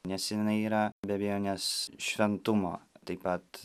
nes jinai yra be abejonės šventumo taip pat